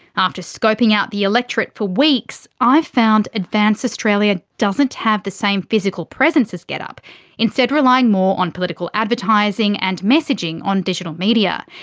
after scoping out the electorate for weeks, i've found advance australia doesn't have the same physical presence as getup instead relying more on political advertising and messaging on digital media.